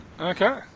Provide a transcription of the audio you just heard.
Okay